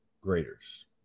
graders